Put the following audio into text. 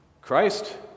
Christ